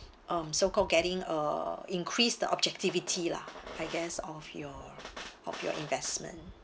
um so called getting uh increase the objectivity lah I guess of your of your investment